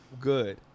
good